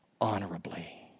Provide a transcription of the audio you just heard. honorably